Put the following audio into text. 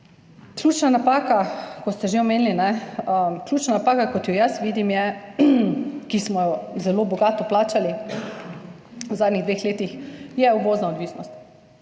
Ključna napaka, kot ste že omenili, kot jo jaz vidim in ki smo jo zelo bogato plačali v zadnjih dveh letih, je uvozna odvisnost.